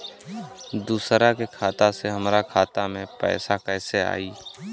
दूसरा के खाता से हमरा खाता में पैसा कैसे आई?